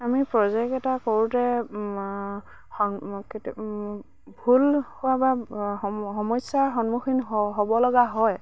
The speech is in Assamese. আমি প্ৰজেক্ট এটা কৰোঁতে ভুল হোৱা বা সমস্যাৰ সন্মুখীন হ'ব লগা হয়